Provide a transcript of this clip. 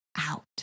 out